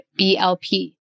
BLP